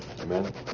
Amen